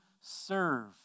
serve